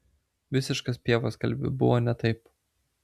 visiškas pievas kalbi buvo ne taip